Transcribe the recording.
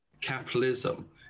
capitalism